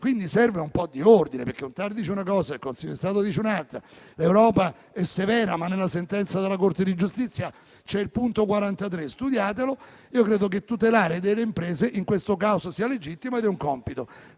Serve un po' di ordine, perché un TAR dice una cosa, il Consiglio di Stato ne dice un'altra, l'Europa è severa, ma nella sentenza della Corte di giustizia c'è il punto 43 (studiatevelo). Io credo che tutelare delle imprese in questo caso sia legittimo; è un compito